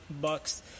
Bucks